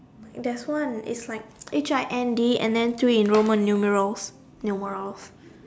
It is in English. that's one its like H I N D and then three in Roman numerals numerals